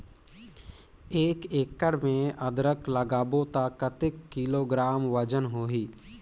एक एकड़ मे अदरक लगाबो त कतेक किलोग्राम वजन होही?